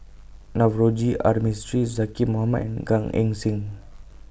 Navroji R Mistri Zaqy Mohamad and Gan Eng Seng